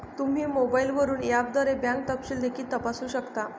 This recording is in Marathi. तुम्ही मोबाईलवरून ऍपद्वारे बँक तपशील देखील तपासू शकता